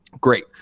great